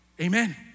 Amen